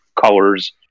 colors